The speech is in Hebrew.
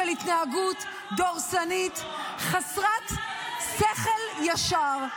של התנהגות דורסנית ------- חסרת שכל ישר,